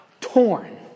torn